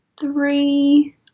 three